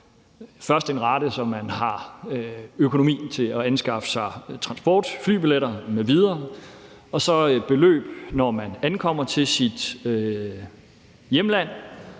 først en rate, så man har økonomi til at anskaffe sig transport, flybilletter m.v., og så et beløb, når man ankommer til sit hjemland,